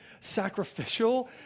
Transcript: sacrificial